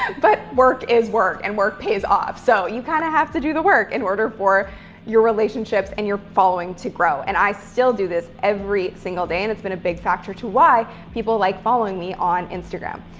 but work is work and work pays off. so you kind of have to do the work in order for your relationships and your following to grow. and i still do this every single day, and it's been a big factor to why people like following me on instagram.